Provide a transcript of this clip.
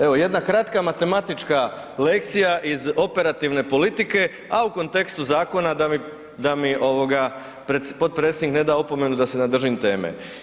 Evo, jedna kratka matematička lekcija iz operativne politike, a u kontekstu zakona da mi potpredsjednik ne da opomenu da se ne držim teme.